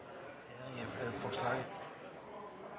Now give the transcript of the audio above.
Det er ingen